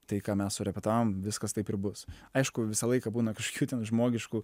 tai ką mes surepetavom viskas taip ir bus aišku visą laiką būna kažkokių ten žmogiškų